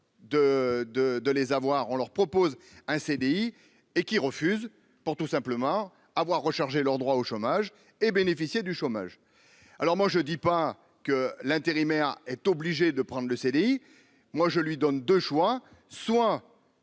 de les avoir, on leur propose un CDI et qui refusent, pour tout simplement avoir recharger leur droit au chômage et bénéficier du chômage, alors moi je dis pas que l'intérimaire est obligé de prendre le CDI, moi je lui donne deux choix : soit